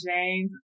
James